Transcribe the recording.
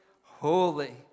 holy